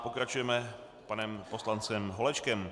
Pokračujeme panem poslancem Holečkem.